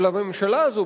אבל הממשלה הזאת,